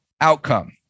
outcome